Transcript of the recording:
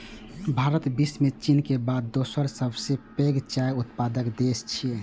भारत विश्व मे चीन के बाद दोसर सबसं पैघ चाय उत्पादक देश छियै